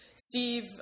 Steve